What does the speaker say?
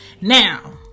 Now